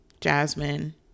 Jasmine